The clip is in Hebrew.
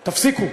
תפסיקו,